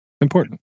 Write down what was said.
Important